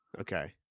okay